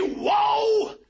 whoa